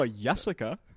Jessica